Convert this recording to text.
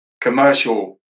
commercial